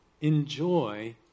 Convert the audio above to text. Enjoy